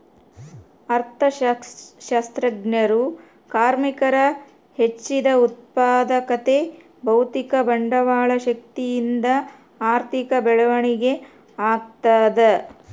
ಅರ್ಥಶಾಸ್ತ್ರಜ್ಞರು ಕಾರ್ಮಿಕರ ಹೆಚ್ಚಿದ ಉತ್ಪಾದಕತೆ ಭೌತಿಕ ಬಂಡವಾಳ ಶಕ್ತಿಯಿಂದ ಆರ್ಥಿಕ ಬೆಳವಣಿಗೆ ಆಗ್ತದ